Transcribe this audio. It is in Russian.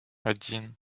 один